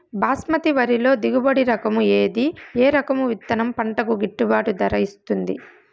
బాస్మతి వరిలో దిగుబడి రకము ఏది ఏ రకము విత్తనం పంటకు గిట్టుబాటు ధర ఇస్తుంది